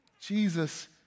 Jesus